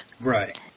Right